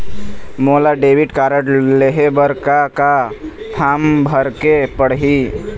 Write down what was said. मोला debit card लेहे बर का का फार्म भरेक पड़ही?